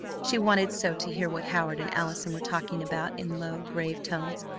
she wanted so to hear what howard and allison were talking about in low, grave tones.